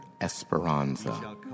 Esperanza